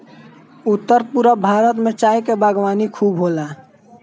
उत्तर पूरब भारत में चाय के बागवानी खूब होला